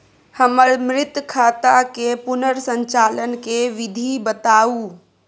हमर मृत खाता के पुनर संचालन के विधी बताउ?